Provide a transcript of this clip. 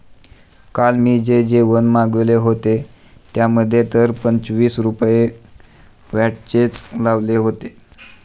काल मी जे जेवण मागविले होते, त्यामध्ये तर पंचवीस रुपये व्हॅटचेच लावले होते